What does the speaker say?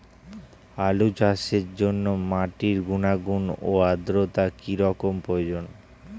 আলু চাষের জন্য মাটির গুণাগুণ ও আদ্রতা কী রকম প্রয়োজন?